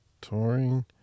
touring